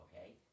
Okay